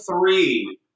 three